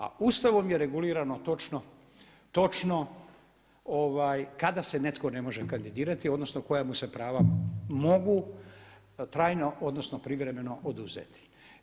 A Ustavom je regulirano točno kada se netko ne može kandidirati odnosno koja mu se prava mogu trajno, odnosno privremeno oduzeti.